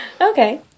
Okay